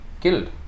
killed